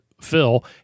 Phil